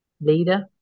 Leader